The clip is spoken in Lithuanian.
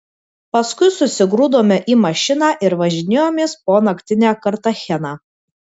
paskui susigrūdome į mašiną ir važinėjomės po naktinę kartacheną